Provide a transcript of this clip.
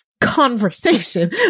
Conversation